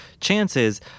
chances